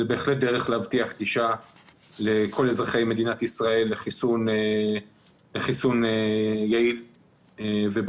זאת בהחלט דרך להבטיח גישה לכל אזרחי מדינת ישראל לחיסון יעיל ובטוח.